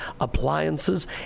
appliances